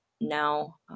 now